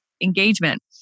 engagement